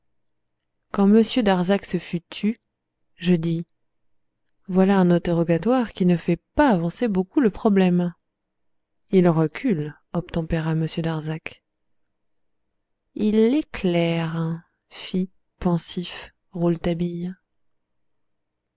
m darzac se fut tu je dis voilà un interrogatoire qui ne fait pas avancer beaucoup le problème il le recule obtempéra m darzac il l'éclaire fit pensif